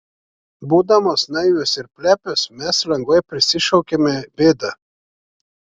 būdamos naivios ir plepios mes lengvai prisišaukiame bėdą